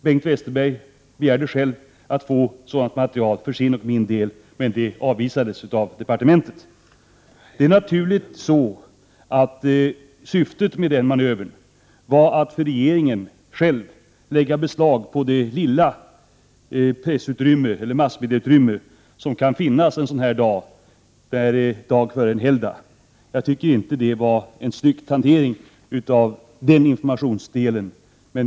Bengt Westerberg begärde själv att få sådant material för sin och för min del, men det avvisades av departementet. Syftet med den manövern var naturligvis att regeringen själv ville lägga beslag på det lilla massmedieutrymme som finns en sådan här dag, före en helgdag. Det var inte en snygg hantering av den informationsdelen.